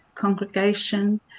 Congregation